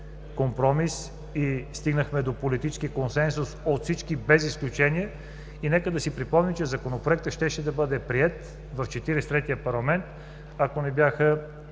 компромис и стигнахме до политически консенсус от всички, без изключение. Нека да си припомним, че Законопроектът щеше да бъде приет в Четиридесет и третия парламент, ако не бяха